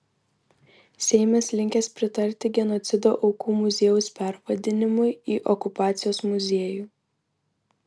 seimas linkęs pritarti genocido aukų muziejaus pervadinimui į okupacijos muziejų